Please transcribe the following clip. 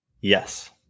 yes